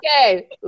Okay